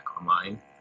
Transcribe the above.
online